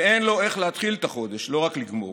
ואין לו איך להתחיל את החודש, לא רק לגמור?